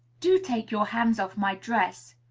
do take your hands off my dress.